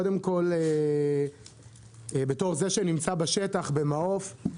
קודם כל, בתור זה שנמצא בשטח, במעוף,